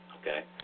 Okay